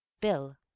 Bill